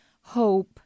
hope